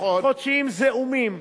חודשיים זעומים.